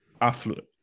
affluent